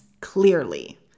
clearly